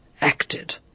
acted